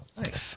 nice